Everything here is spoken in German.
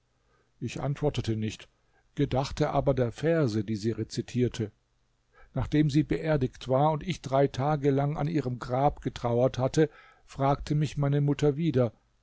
ich antwortete nicht gedachte aber der verse die sie rezitierte nachdem sie beerdigt war und ich drei tage lang an ihrem grab getrauert hatte fragte mich meine mutter wieder